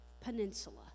peninsula